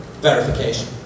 verification